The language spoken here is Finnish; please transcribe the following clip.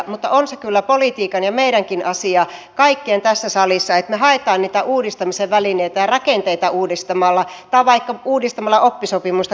mutta on se kyllä politiikan ja meidänkin asia kaikkien tässä salissa että me haemme niitä uudistamisen välineitä rakenteita uudistamalla tai vaikka uudistamalla oppisopimusta koulutussopimuksen suuntaan